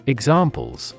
Examples